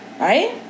Right